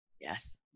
Yes